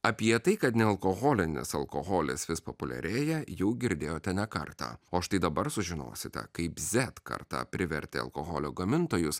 apie tai kad nealkoholinis alkoholis vis populiarėja jau girdėjote ne kartą o štai dabar sužinosite kaip zet karta privertė alkoholio gamintojus